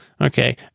Okay